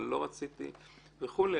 אבל לא רציתי וכולי,